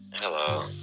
Hello